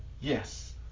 Yes